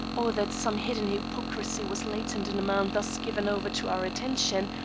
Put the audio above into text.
or that some hidden hypocrisy was latent in a man thus given over to our attention,